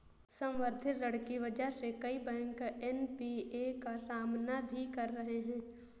संवर्धित ऋण की वजह से कई बैंक एन.पी.ए का सामना भी कर रहे हैं